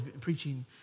preaching